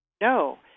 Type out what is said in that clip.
no